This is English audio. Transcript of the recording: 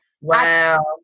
Wow